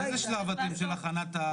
באיזה שלב אתם של הכנת הקריטריונים?